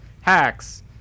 Hacks